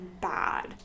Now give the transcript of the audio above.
bad